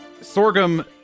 Sorghum